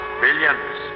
billions